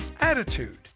Attitude